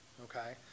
okay